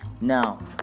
now